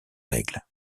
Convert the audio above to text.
règles